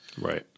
Right